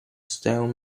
stone